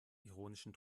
ironischen